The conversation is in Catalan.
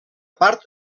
part